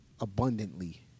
abundantly